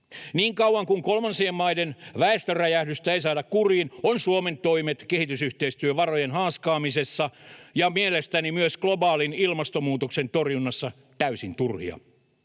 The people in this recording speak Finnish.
Niin kauan kuin kolmansien maiden väestöräjähdystä ei saada kuriin, ovat Suomen toimet kehitysyhteistyövarojen haaskaamisessa ja mielestäni myös globaalin ilmastonmuutoksen torjunnassa täysin turhia.